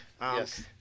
Yes